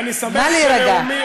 נא להירגע.